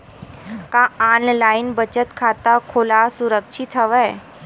का ऑनलाइन बचत खाता खोला सुरक्षित हवय?